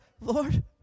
Lord